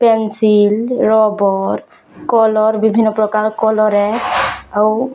pencil rubber colour ବିଭିନ୍ନପ୍ରକାର୍ କଲ୍ର ହେ ଆଉ